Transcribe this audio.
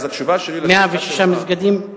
אז התשובה, 106 מסגדים?